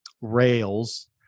rails